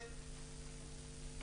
בזום?